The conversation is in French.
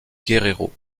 guerrero